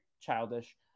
childish